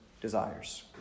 desires